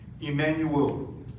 Emmanuel